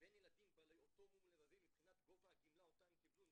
בין ילדים בעלי אותו מום לבבי מבחינת גובה הגמלה אותה הם קיבלו,